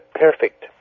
perfect